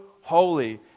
holy